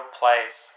place